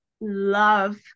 love